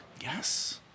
Yes